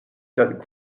that